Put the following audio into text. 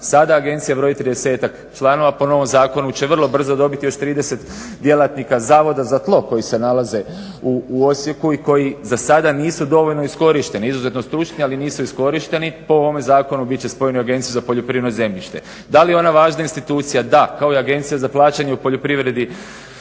Sada Agencija broji tridesetak članova. Po novom zakonu će vrlo brzo dobiti još 30 djelatnika Zavoda za tlo koji se nalaze u Osijeku i koji za sada nisu dovoljno iskorišteni, izuzetno stručni, ali nisu iskorišteni. Po ovom zakonu bit će spojeni u Agenciju za poljoprivredno zemljište. Da li je ona važna institucija? Da, kao i Agencija za plaćanje u poljoprivredi,